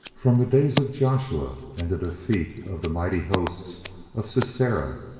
from the days of joshua and the defeat of the mighty hosts of sisera,